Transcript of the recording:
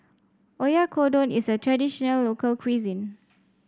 Oyakodon is a traditional local cuisine